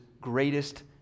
greatest